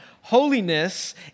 Holiness